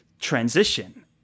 transition